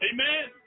Amen